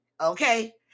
okay